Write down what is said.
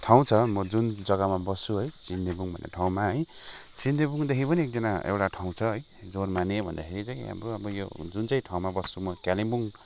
ठाउँ छ म जुन जग्गामा बस्छु है सिन्देबुङ भन्ने ठाउँमा है सिन्देबुङदेखि पनि एकजना एउटा ठाउँ छ है जोरमाने भन्दाखेरि चाहिँ अब यो जुन चाहिँ ठाउँमा बस्छु म कालेम्पोङ